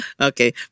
Okay